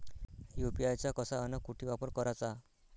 UPI चा कसा अन कुटी वापर कराचा?